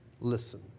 Listen